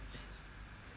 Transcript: mmhmm mmhmm